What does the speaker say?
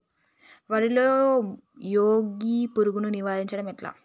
వరిలో మోగి పురుగును నివారించడం ఎట్లా?